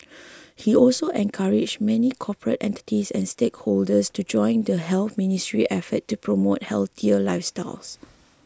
he also encouraged many corporate entities and stakeholders to join in the Health Ministry's efforts to promote healthier lifestyles